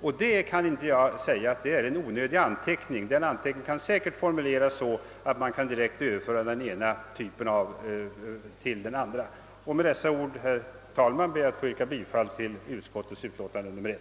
Och det kan jag inte se är en onödig anteckning. Den kan säkert formuleras så att man kan direkt överföra den från den ena typen av anteckning till den andra. Herr talman! Med det anförda ber jag att få yrka bifall till utskottets hemställan.